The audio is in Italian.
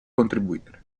contribuire